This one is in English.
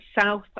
south